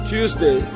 Tuesday